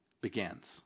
begins